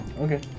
Okay